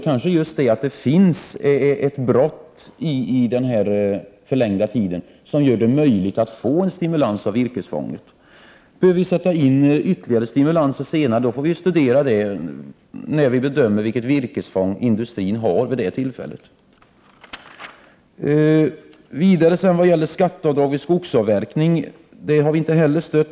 Kanske just ett brott i den förlängda tiden gör det möjligt att få en stimulans av virkesfånget. Om vi skall sätta in ytterligare stimulans senare, får vi bedöma när vi vet vilket virkesfång industrin har vid det tillfället. Inte heller reservationen om ett skatteavdrag vid skogsavverkning har vi stött.